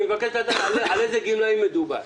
אני רוצה להבין על איזה גמלאים מדובר.